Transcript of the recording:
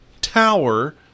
tower